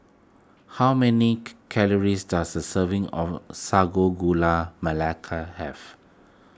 how many calories does a serving of Sago Gula Melaka have